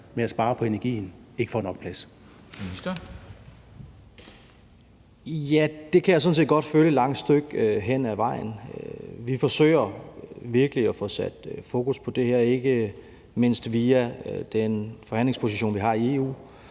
(Dan Jørgensen): Ja, det kan jeg sådan set godt følge et langt stykke hen ad vejen. Vi forsøger virkelig at få sat fokus på det her, ikke mindst via den forhandlingsposition, vi har i EU,